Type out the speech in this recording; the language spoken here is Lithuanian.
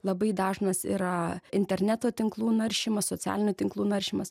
labai dažnas yra interneto tinklų naršymas socialinių tinklų naršymas